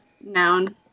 noun